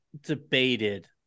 debated